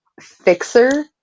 fixer